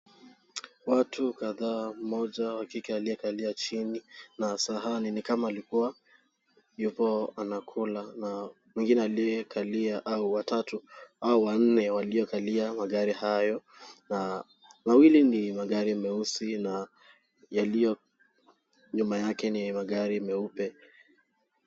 Watu kadhaa mmoja wa kike aliyekalia chini, na sahani nikama alikuwa yupo anakula. Na mwingine aliyekalia au wa tatu au wa nne waliokalia magari hayo. Na mawili ni magari meusi na yalio nyuma yake ni magari meupe.